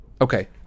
okay